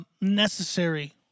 necessary